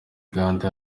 uganda